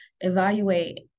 evaluate